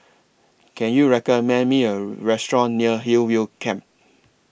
Can YOU recommend Me A Restaurant near Hillview Camp